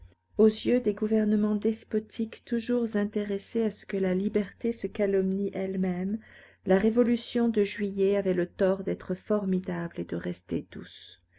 aux yeux des gouvernements despotiques toujours intéressés à ce que la liberté se calomnie elle-même la révolution de juillet avait le tort d'être formidable et de rester douce